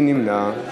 מי נמנע?